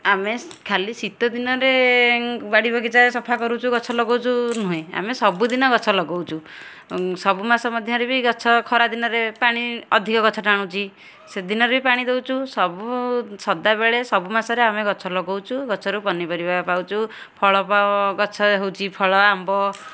ଆମେ ଖାଲି ଶୀତଦିନରେ ବାଡ଼ି ବଗିଚା ସଫା କରୁଛୁ ଗଛ ଲଗାଉଛୁ ନୁହେଁ ଆମେ ସବୁଦିନ ଗଛ ଲଗାଉଛୁ ସବୁମାସ ମଧ୍ୟରେ ବି ଗଛ ଖରାଦିନରେ ପାଣି ଅଧିକ ଗଛ ଟାଣୁଛି ସେଦିନରେ ବି ପାଣି ଦେଉଛୁ ସବୁ ସଦାବେଳେ ସବୁ ମାସରେ ଆମେ ଗଛ ଲଗାଉଛୁ ଗଛରୁ ପନିପରିବା ପାଉଛୁ ଫଳ ଗଛ ହେଉଛି ଫଳ ଆମ୍ବ